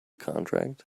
contract